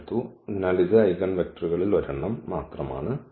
എടുത്തു അതിനാൽ ഇത് ഐഗൻവെക്റ്റർകളിൽ ഒരെണ്ണം മാത്രം ആണ്